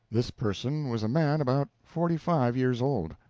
this person was a man about forty-five years old,